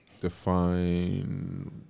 define